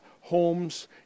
homes